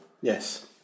yes